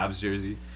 jersey